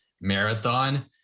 marathon